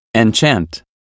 Enchant